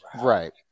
Right